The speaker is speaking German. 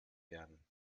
werden